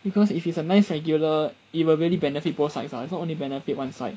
because if it's a nice regular it will really benefit both sides lah it's not only benefit one side